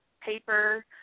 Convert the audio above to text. paper